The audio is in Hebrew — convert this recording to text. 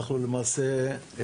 למעשה,